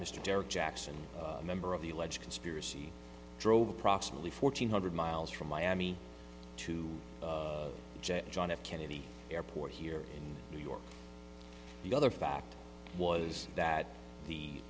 mr derrick jackson a member of the alleged conspiracy drove approximately fourteen hundred miles from miami to john f kennedy airport here in new york the other fact was that the